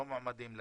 לא מועמדים לדין,